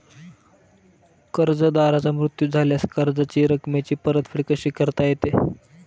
कर्जदाराचा मृत्यू झाल्यास कर्जाच्या रकमेची परतफेड कशी करता येते?